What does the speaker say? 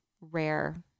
rare